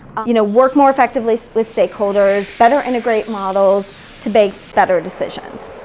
you know work more effectively with stakeholders, better integrate models to make better decisions.